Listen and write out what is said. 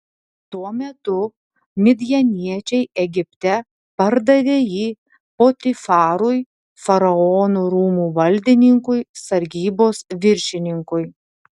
tuo metu midjaniečiai egipte pardavė jį potifarui faraono rūmų valdininkui sargybos viršininkui